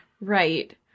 Right